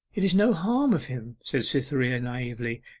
it is no harm of him said cytherea naively,